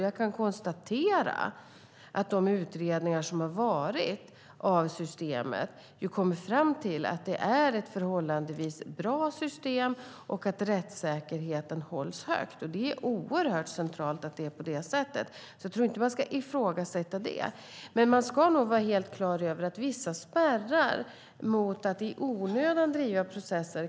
Jag kan konstatera att de utredningar av systemet som har varit har kommit fram till att det är ett förhållandevis bra system och att rättssäkerheten hålls högt. Det är oerhört centralt att det är på det sättet. Jag tror alltså inte att man ska ifrågasätta det. Dock ska man nog vara helt klar över att vi kan behöva ha vissa spärrar mot att i onödan driva processer.